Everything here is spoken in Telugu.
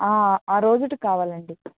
ఆ రోజుటికి కావాలండి